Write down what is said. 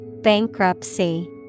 Bankruptcy